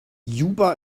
juba